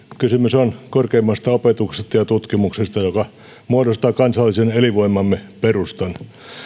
kysymys on korkeimmasta opetuksesta ja tutkimuksesta joka muodostaa kansallisen elinvoimamme perustan